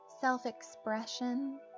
self-expression